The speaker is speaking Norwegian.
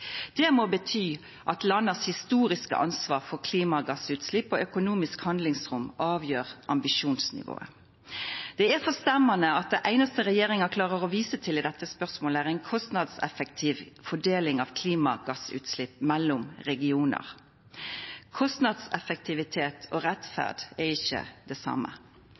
Det må bety at det historiske ansvaret landa har for klimagassutslepp og økonomisk handlingsrom avgjer ambisjonsnivået. Det er forstemmande at det einaste regjeringa klarer å visa til i dette spørsmålet, er ei kostnadseffektiv fordeling av klimagassutslepp mellom regionar. Kostnadseffektivitet og rettferd er ikkje det same.